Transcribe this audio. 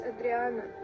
Adriana